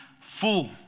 full